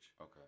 Okay